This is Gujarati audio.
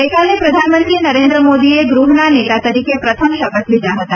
ગઇકાલે પ્રધાનમંત્રી નરેન્દ્ર મોદીએ ગૃહના નેતા તરીકે પ્રથમ શપથ લીધા હતા